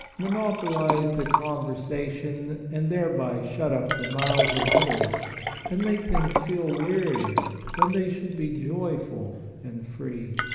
monopolize the conversa tion, and thereby shut up the mouths of others and make them feel weary when they should be joyful and free.